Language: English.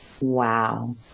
Wow